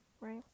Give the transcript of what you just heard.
right